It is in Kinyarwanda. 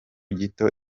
gito